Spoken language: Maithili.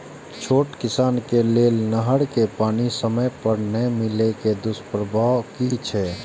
छोट किसान के लेल नहर के पानी समय पर नै मिले के दुष्प्रभाव कि छै?